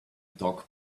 talk